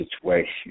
situation